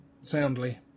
soundly